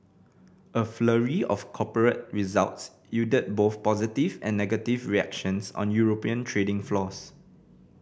a flurry of corporate results yielded both positive and negative reactions on European trading floors